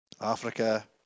Africa